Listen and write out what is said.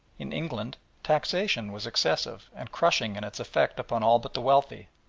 in england taxation was excessive and crushing in its effects upon all but the wealthy,